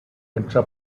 intra